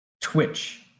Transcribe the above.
twitch